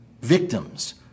victims